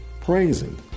Praising